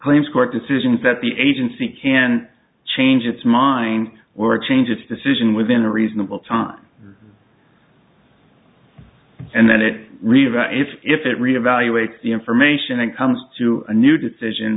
claims court decisions that the agency can change its mind were change its decision within a reasonable time and then it revert if it reevaluated the information and comes to a new decision